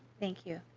thank you